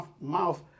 Mouth